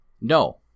No